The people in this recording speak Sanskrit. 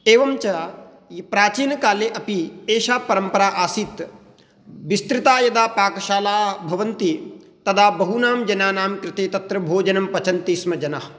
एवञ्च प्राचीनकाले अपि एषा परम्परा आसीत् विस्तृताः यदा पाकशालाः भवन्ति तदा बहूनां जनानाङ्कृते तत्र भोजनं पचन्ति स्म जनाः